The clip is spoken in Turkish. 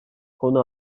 konu